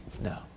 No